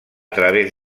través